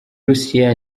russia